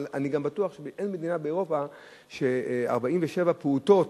אבל אני גם בטוח שאין מדינה באירופה שבה 47 פעוטות